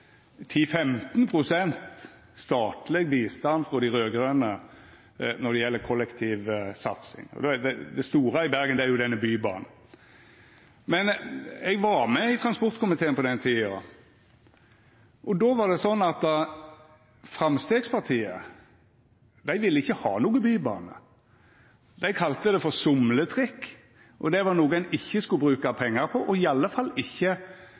statleg bistand frå dei raud-grøne når det gjeld kollektivsatsing. Det store i Bergen er jo bybana. Men eg var med i transportkomiteen på den tida, og då var det slik at Framstegspartiet ikkje ville ha noka bybane – dei kalla det for somletrikk, og det var noko ein ikkje skulle bruka pengar på, i alle fall ikkje